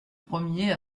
premier